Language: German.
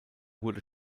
wurde